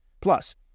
Plus